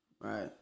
right